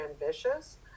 ambitious